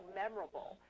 memorable